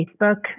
Facebook